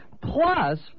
plus